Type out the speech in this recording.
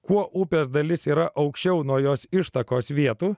kuo upės dalis yra aukščiau nuo jos ištakos vietų